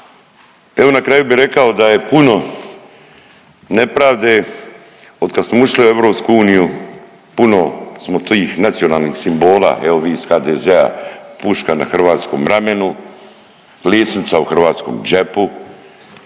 Evo na kraju bih rekao da je puno nepravde od kad smo ušli u Europsku uniju puno smo tih nacionalnih simbola, evo vi iz HDZ-a puška na hrvatskom ramenu, lisnica u hrvatskom džepu